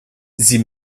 sie